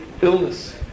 illness